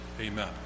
Amen